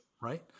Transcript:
right